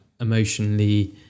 emotionally